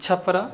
छप्र